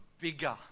bigger